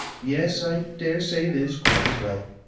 yes, i dare say it is quite as well.